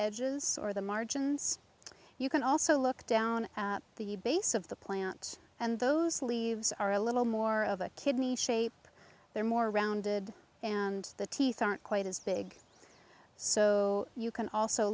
edges or the margins you can also look down the base of the plant and those leaves are a little more of a kidney shape they're more rounded and the teeth aren't quite as big so you can also